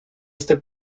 este